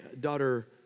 daughter